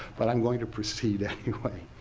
but i'm going to proceed anyway.